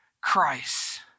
Christ